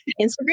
Instagram